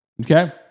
okay